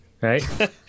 right